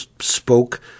spoke